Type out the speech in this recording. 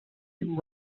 you